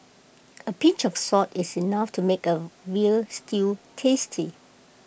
A pinch of salt is enough to make A Veal Stew tasty